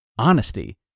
honesty